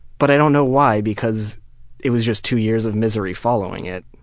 but i don't know why because it was just two years of misery following it.